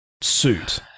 suit